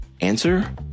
Answer